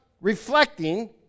reflecting